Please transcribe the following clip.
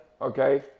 Okay